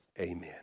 Amen